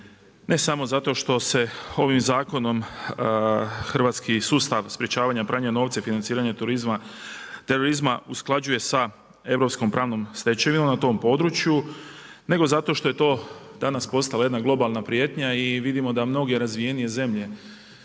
ne samo zato što se ovim zakonom hrvatski sustav sprječavanju i pranju novca i financiranju terorizma usklađuje sa europskom pravnom stečevinom na tom području, nego zato što je to danas postala jedna globalna prijetnja i vidimo da mnoge razvijenije zemlje,